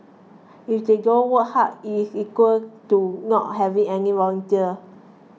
if they don't work hard it is equal to not having any volunteer